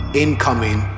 incoming